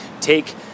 take